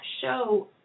show